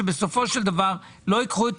שבסופו של דבר לא ייקחו את